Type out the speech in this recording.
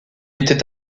était